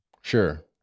sure